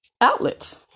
Outlets